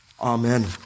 Amen